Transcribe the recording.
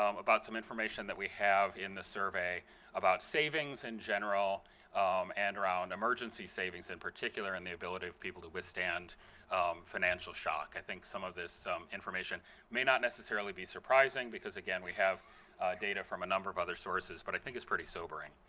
um about some information that we have in the survey about savings in general um and around emergency savings in particular and the ability of people to withstand financial shock. i think some of this information may not necessarily be surprising because again, we have data from a number of other sources. but i think it's pretty sobering.